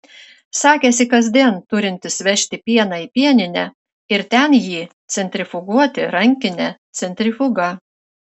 sakėsi kasdien turintis vežti pieną į pieninę ir ten jį centrifuguoti rankine centrifuga